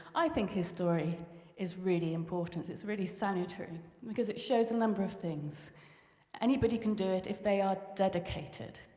i think his story is really important it's really salutary because it shows a number of things anybody can do it if they are dedicated,